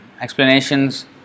explanations